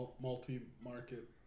multi-market